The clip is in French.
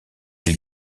îles